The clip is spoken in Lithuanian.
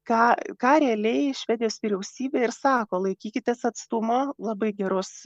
ką ką realiai švedijos vyriausybė ir sako laikykitės atstumo labai geros